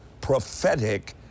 prophetic